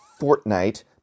Fortnite